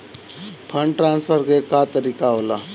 Fund transfer के का तरीका होला?